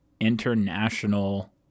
international